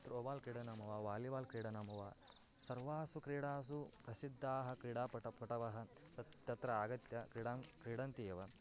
throw ball क्रिडनं वा volleyball क्रीडनं वा सर्वासु क्रीडासु प्रसिद्धाः क्रीडापटवः पटवः तत् तत्र आगत्य क्रीडां क्रीडन्ति एव